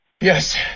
Yes